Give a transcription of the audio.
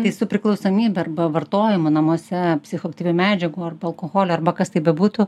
tai su priklausomybe arba vartojimu namuose psichoaktyvių medžiagų arba alkoholio arba kas tai bebūtų